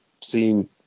seen